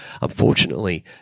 Unfortunately